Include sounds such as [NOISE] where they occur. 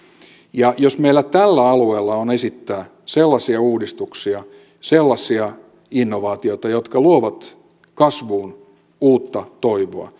jos meillä tällä alueella on esittää sellaisia uudistuksia sellaisia innovaatioita jotka luovat kasvuun uutta toivoa [UNINTELLIGIBLE]